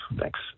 Thanks